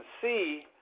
see